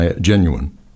genuine